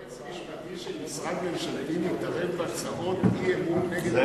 יועץ משפטי של משרד ממשלתי מתערב בהצעות אי-אמון נגד הממשלה?